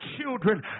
children